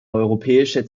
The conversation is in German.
europäische